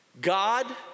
God